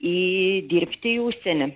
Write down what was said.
į dirbti į užsienį